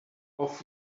off